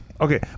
Okay